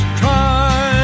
try